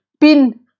Pin